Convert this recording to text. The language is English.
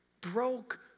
broke